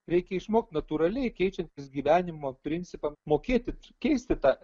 reikia išmokt natūraliai keičiantis gyvenimo principam mokėti keisti tą